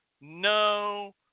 no